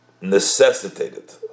necessitated